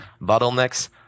bottlenecks